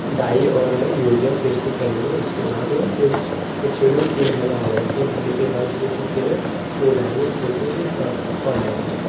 die और urea फ़िर से करेंगे उसके बाद फ़िर एक्चुअली वह तीन महीना हो जाएगा तीन महीने के बाद उसमें से फ़िर फूल आएँगे फूल से फ़िर फल फल आएँगे